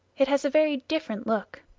it has a very different look.